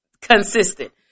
consistent